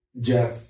Jeff